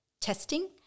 testing